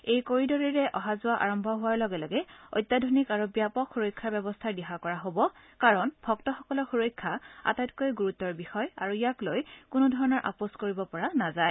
এই কৰিডৰেৰে অহা যোৱা আৰম্ভ হোৱাৰ লগে লগে অত্যাধুনিক আৰু ব্যাপক সুৰক্ষা ব্যৱস্থাৰ দিহা কৰা হ'ব কাৰণ ভক্তসকলৰ সুৰক্ষা আটাইতকৈ গুৰুত্বৰ বিষয় আৰু ইয়াক লৈ কোনোধৰণৰ আপোচ কৰিব পৰা নাযায়